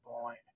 point